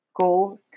go